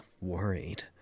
Worried